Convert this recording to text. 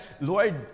Lord